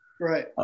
Right